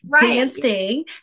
dancing